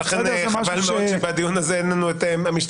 ולכן חבל מאוד שבדיון הזה אין לנו את המשטרה,